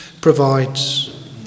provides